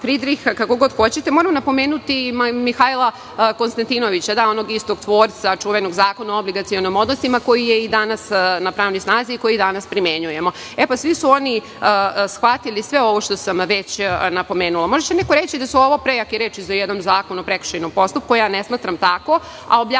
Fridriha, kako god hoćete, moram napomenuti i Mihajla Konstantinovića, onog istog tvorca čuvenog Zakona o obligacionim odnosima, koji je i danas na pravnoj snazi i koji i danas primenjujemo. Svi su oni shvatili sve ovo što sam već napomenula. Možda će neko reći da su ovo prejake reči za jedan zakon o prekršajnom postupku. Ja ne smatram tako. Objasniću